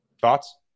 Thoughts